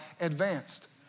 advanced